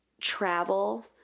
travel